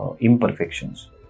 imperfections